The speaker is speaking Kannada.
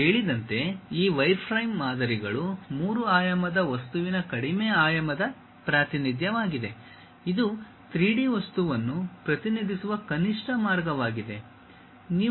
ನಾನು ಹೇಳಿದಂತೆ ಈ ವೈರ್ಫ್ರೇಮ್ ಮಾದರಿಗಳು ಮೂರು ಆಯಾಮದ ವಸ್ತುವಿನ ಕಡಿಮೆ ಆಯಾಮದ ಪ್ರಾತಿನಿಧ್ಯವಾಗಿದೆ ಇದು 3D ವಸ್ತುವನ್ನು ಪ್ರತಿನಿಧಿಸುವ ಕನಿಷ್ಠ ಮಾರ್ಗವಾಗಿದೆ